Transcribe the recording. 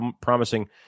promising